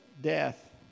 death